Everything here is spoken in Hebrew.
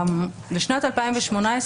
בשנת 2018,